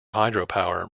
hydropower